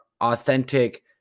authentic